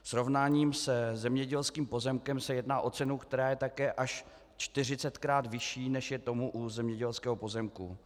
Srovnáním se zemědělským pozemkem se jedná o cenu, která je také až 40krát vyšší, než je tomu u zemědělského pozemku.